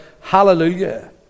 Hallelujah